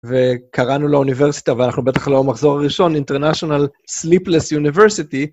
וקראנו לאוניברסיטה, ואנחנו בטח לא מחזור ראשון, International Sleepless University.